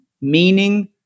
meaning